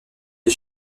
des